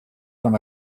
from